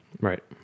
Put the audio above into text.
Right